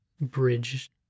bridge